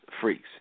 freaks